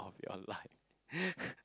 of your life